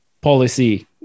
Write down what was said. policy